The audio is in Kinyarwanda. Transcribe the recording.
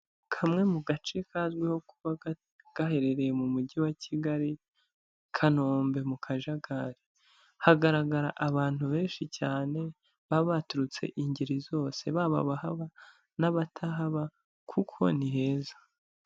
Kamwe mu gace kazwiho kuba gaherereye mu mujyi wa Kigali, Kanombe mu kajagari, hagaragara abantu benshi cyane baba baturutse ingeri zose, baba abahaba n'abatahaba, kuko ni heza.